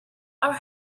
are